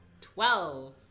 Twelve